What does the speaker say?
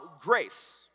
grace